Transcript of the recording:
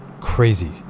crazy